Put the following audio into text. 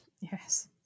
Yes